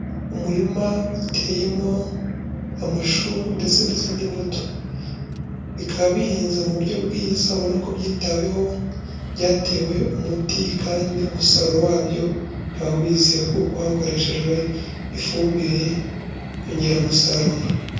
Umurima uteyemo amashu ndetse n'izindi mbuto, bikaba bihinze mu buryo bwiza ubona ko byitaweho, byatewe umuti kandi umusaruro wabyo ukaba wizewe, kuko hakoreshejwe ifumbire y'inyongeramusaruro.